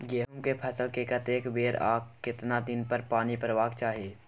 गेहूं के फसल मे कतेक बेर आ केतना दिन पर पानी परबाक चाही?